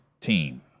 team